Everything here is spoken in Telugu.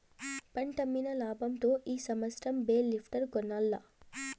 పంటమ్మిన లాబంతో ఈ సంవత్సరం బేల్ లిఫ్టర్ కొనాల్ల